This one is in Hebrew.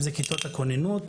אם זה כיתות הכוננות,